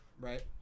right